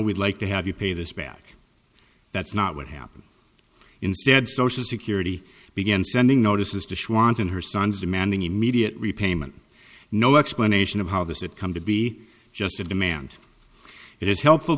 we'd like to have you pay this back that's not what happened instead social security began sending notices to she wanted her son's demanding immediate repayment no explanation of how this would come to be just a demand it is helpful